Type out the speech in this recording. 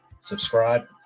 Subscribe